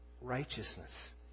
righteousness